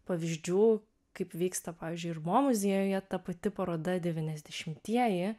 pavyzdžių kaip vyksta pavyzdžiui ir mo muziejuje ta pati paroda devyniasdešimtieji